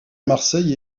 marseille